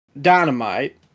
Dynamite